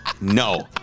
no